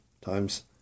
Time's